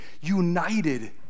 united